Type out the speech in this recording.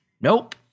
Nope